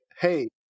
hey